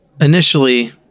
initially